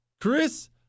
Chris